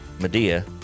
Medea